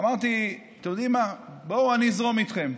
אמרתי, אתם יודעים מה, בואו אני אזרום איתכם.